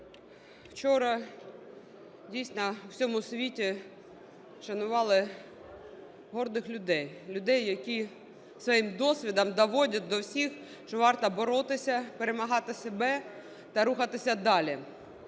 Вчора дійсно в усьому світі вшанували гордих людей – людей, які свої досвідом доводять до всіх, що варто боротися, перемагати себе та рухатися далі.